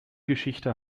geschichte